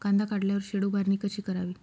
कांदा काढल्यावर शेड उभारणी कशी करावी?